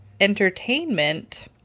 entertainment